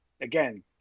again